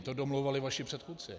To domlouvali vaši předchůdci.